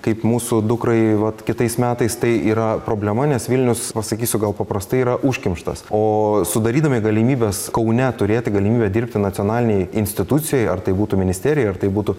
kaip mūsų dukrai vat kitais metais tai yra problema nes vilnius pasakysiu gal paprastai yra užkimštas o sudarydami galimybes kaune turėti galimybę dirbti nacionalinėj institucijoj ar tai būtų ministerija ar tai būtų